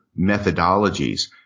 methodologies